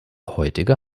heutige